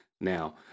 Now